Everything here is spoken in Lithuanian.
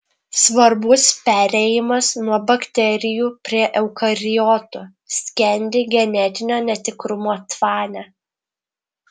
svarbus perėjimas nuo bakterijų prie eukariotų skendi genetinio netikrumo tvane